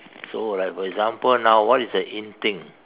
so like for example now what is an in thing